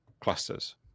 clusters